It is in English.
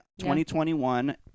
2021